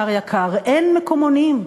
אין מקומונים,